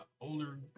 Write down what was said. older